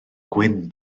gwyn